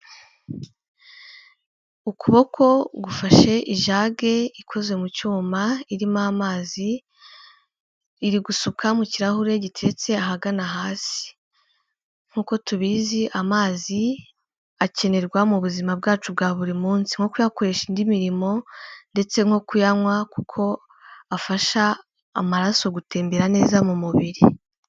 Ukuboko gufashe ijage ikoze mu cyuma irimo amazi, iri gusuka mu kirahure giteretse ahagana hasi nkuko tubizi amazi akenerwa mu buzima bwacu bwa buri munsi nko kuyakoresha indi mirimo ndetse nko kuyanywa kuko afasha amaraso gutembera neza mu mubiri.